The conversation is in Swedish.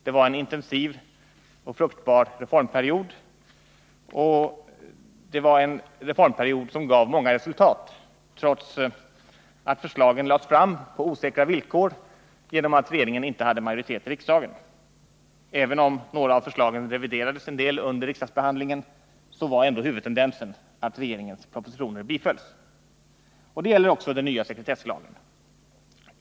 Det var en intensiv och fruktbar reformperiod som gav många resultat, trots att förslagen lades fram på osäkra villkor, eftersom regeringen inte hade majoritet i riksdagen. Även om några av förslagen reviderades en del under riksdagsbehandlingen var huvudtendensen att regeringens propositioner bifölls. Detta gäller också den nya sekretesslagen.